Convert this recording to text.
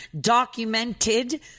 documented